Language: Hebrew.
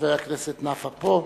חבר הכנסת נפאע פה.